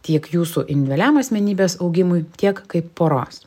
tiek jūsų individualiam asmenybės augimui tiek kaip poros